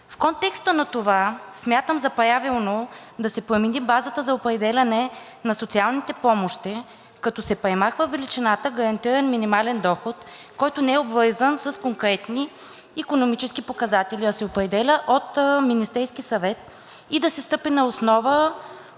В контекста на това смятам за правилно да се промени базата за определяне на социалните помощи, като се премахва величината гарантиран минимален доход, който не е обвързан с конкретни икономически показатели, а се определя от Министерския съвет и да се стъпи на основна